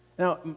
Now